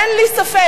אין לי ספק.